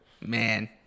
Man